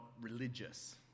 religious